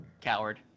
Coward